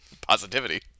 Positivity